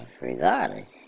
regardless